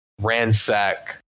ransack